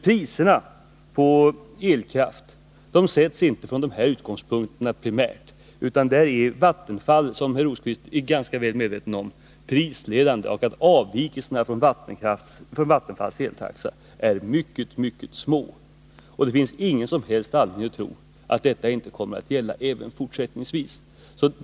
Priserna på elkraft sätts inte från sådana utgångspunkter primärt, utan här är Vattenfall prisledande — det borde herr Rosqvist vara väl medveten om. Avvikelserna från Vattenfalls eltaxa är mycket små. Det finns ingen som helst anledning att tro att detta inte kommer att gälla även fortsättningsvis.